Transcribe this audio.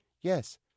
Yes